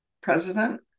president